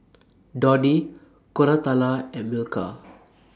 Dhoni Koratala and Milkha